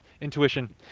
intuition